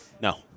No